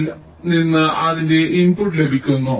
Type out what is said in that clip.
ൽ നിന്ന് അതിന്റെ ഇൻപുട്ട് ലഭിക്കുന്നു